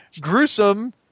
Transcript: gruesome